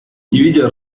i̇vica